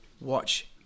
Watch